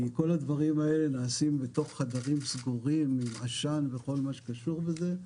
כי כל הדברים האלה נעשים בתוך חדרים סגורים עם עשן וכל מה שקשור בזה.